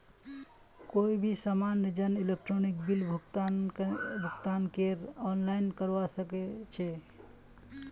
कोई भी सामान्य जन इलेक्ट्रॉनिक बिल भुगतानकेर आनलाइन करवा सके छै